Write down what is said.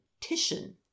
Titian